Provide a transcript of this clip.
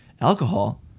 alcohol